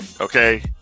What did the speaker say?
okay